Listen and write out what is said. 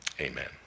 Amen